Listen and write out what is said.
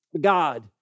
God